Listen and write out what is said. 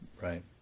right